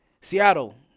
Seattle